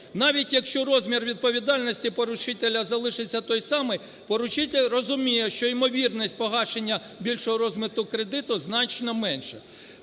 навіть якщо розмір відповідальності поручителя залишиться той самий, поручитель розуміє, що ймовірність погашення більшого розміру кредиту значно менша.